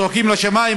צועקים לשמיים,